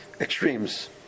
extremes